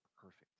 perfect